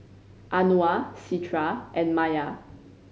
Anuar Citra and Maya